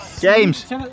James